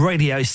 Radio